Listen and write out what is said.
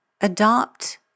Adopt